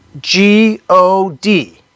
G-O-D